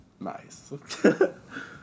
Nice